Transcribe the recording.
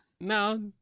no